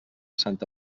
santa